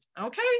okay